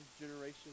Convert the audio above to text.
generation